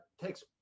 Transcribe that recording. takes